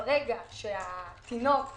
ברגע שהתינוק נולד,